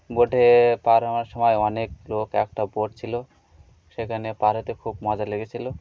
বোটে পারার সময় অনেক লোক একটা বোট ছিল সেখানে পার হতে খুব মজা লেগেছিল